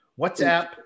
WhatsApp